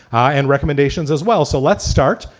and recommendations as well. so let's start,